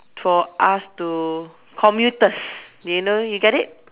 for us to commuters do you know you get it